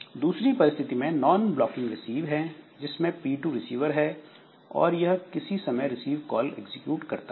दूसरी परिस्थिति में नॉनब्लॉकिंग रिसीव है जिसमें P2 रिसीवर है और यह किसी समय रिसीव कॉल एग्जीक्यूट करता है